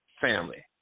family